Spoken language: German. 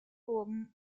burgen